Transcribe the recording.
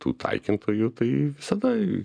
tų taikintojų tai visada